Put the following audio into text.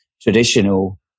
traditional